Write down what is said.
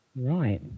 Right